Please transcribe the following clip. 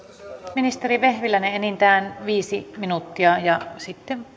ministeri vehviläinen enintään viisi minuuttia ja sitten